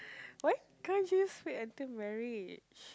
why can't you just wait until marriage